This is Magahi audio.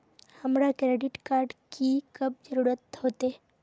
हमरा क्रेडिट कार्ड की कब जरूरत होते?